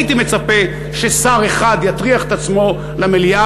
הייתי מצפה ששר אחד יטריח את עצמו למליאה